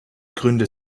gründe